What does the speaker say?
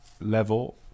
level